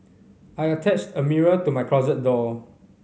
I attached a mirror to my closet door